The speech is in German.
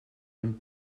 und